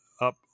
up